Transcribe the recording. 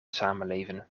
samenleven